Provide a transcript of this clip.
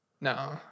No